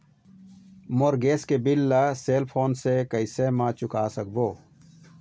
मोर gas के bill ला cell phone से कैसे म चुका सकबो?